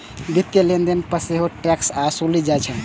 वित्तीय लेनदेन पर सेहो टैक्स ओसूलल जाइ छै